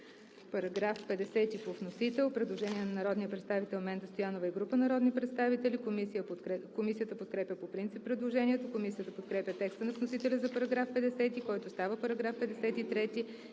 По § 50 има предложение на народния представител Менда Стоянова и група народни представители. Комисията подкрепя по принцип предложението. Комисията подкрепя текста на вносителя за § 50, който става § 53,